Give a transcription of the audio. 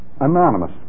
Anonymous